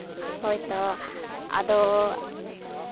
ᱦᱳᱭ ᱛᱚ ᱟᱫᱚ